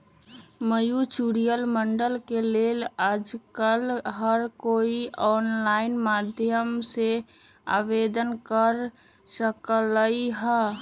mutual fund के लेल आजकल हर कोई ऑनलाईन माध्यम से आवेदन कर सकलई ह